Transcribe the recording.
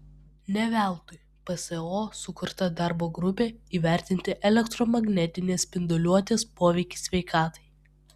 ne veltui pso sukurta darbo grupė įvertinti elektromagnetinės spinduliuotės poveikį sveikatai